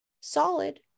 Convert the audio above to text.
solid